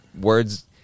Words